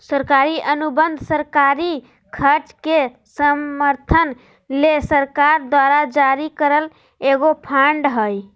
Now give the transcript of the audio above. सरकारी अनुबंध सरकारी खर्च के समर्थन ले सरकार द्वारा जारी करल एगो बांड हय